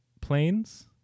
planes